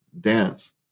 dance